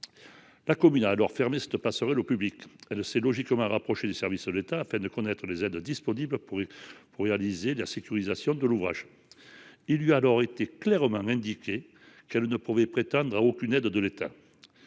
La commune a alors fermé ladite passerelle au public. Elle s’est logiquement rapprochée des services de l’État afin de connaître les aides disponibles pour sécuriser l’ouvrage. On lui a clairement indiqué qu’elle ne pouvait prétendre à aucune aide de l’État.